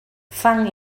fang